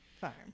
Farm